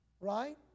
Right